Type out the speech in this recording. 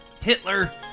Hitler